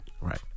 right